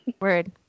word